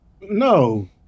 No